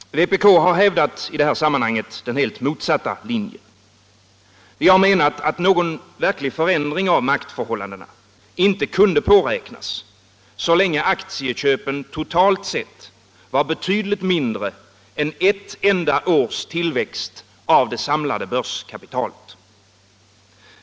Vpk har i det här sammanhanget hävdat den motsatta linjen. Vi har menat att någon förändring av maktförhållandena inte kunde påräknas så länge aktieköpen totalt var betydligt mindre än ett enda års tillväxt av det samlade börskapitalet.